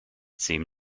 seem